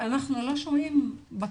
ואנחנו לא שומעים בקשות,